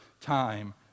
time